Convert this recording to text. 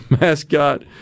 mascot